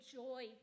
joy